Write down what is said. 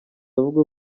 avuga